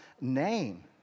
name